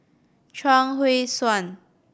Chuang Hui Tsuan